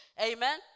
Amen